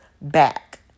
back